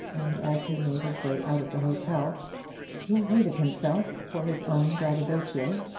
and as he made his way out of the hotel he hated himself for his own braggadocio.